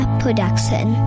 production